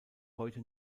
heute